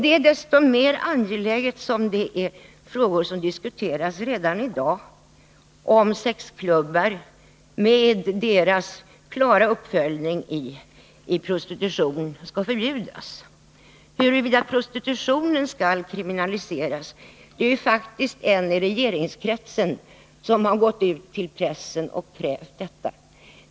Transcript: Detta är desto mer angeläget som man redan i dag diskuterar exempelvis om sexklubbar med deras klara uppföljning i prostitution skall förbjudas och om prostitutionen skall kriminaliseras — en medlem av regeringskretsen har ju faktiskt gått ut i pressen och krävt detta.